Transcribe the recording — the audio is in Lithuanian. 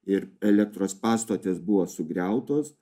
ir elektros pastotės buvo sugriautos